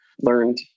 learned